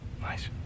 Nice